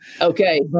Okay